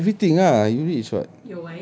buy everything ah you rich [what]